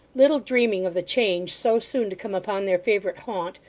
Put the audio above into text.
little dreaming of the change so soon to come upon their favourite haunt,